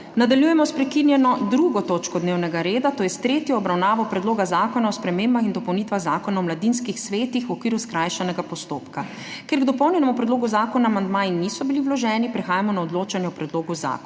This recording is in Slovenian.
Nadaljujemo **prekinjeno 2. točko dnevnega reda, to je s tretjo obravnavo Predloga zakona o spremembah in dopolnitvah Zakona o mladinskih svetih v okviru skrajšanega postopka.** Ker k dopolnjenemu predlogu zakona amandmaji niso bili vloženi, prehajamo na odločanje o predlogu zakona.